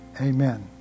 Amen